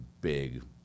big